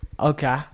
Okay